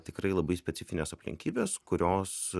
tikrai labai specifinės aplinkybės kurios